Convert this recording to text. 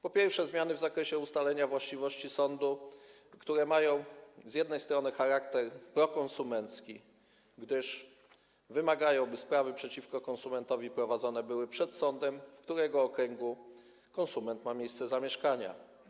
Po pierwsze, to zmiany w zakresie ustalenia właściwości sądu, które mają z jednej strony charakter prokonsumencki, gdyż wymagają, by sprawy przeciwko konsumentowi prowadzone były przed sądem, w którego okręgu konsument ma miejsce zamieszkania.